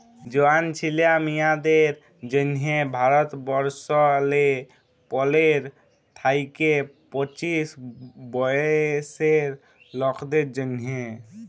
জয়াল ছিলা মিঁয়াদের জ্যনহে ভারতবর্ষলে পলের থ্যাইকে পঁচিশ বয়েসের লকদের জ্যনহে